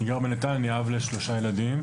אני גר בנתניה, אב לשלושה ילדים.